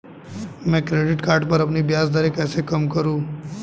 मैं credit card पर अपनी ब्याज दरें कैसे कम करूँ?